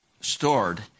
stored